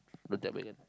the ten million